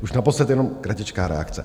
Už naposled, jenom kratičká reakce.